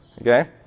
Okay